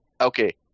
Okay